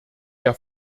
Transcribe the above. der